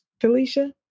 Felicia